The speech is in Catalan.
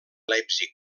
leipzig